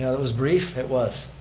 it was brief, it was.